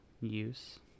use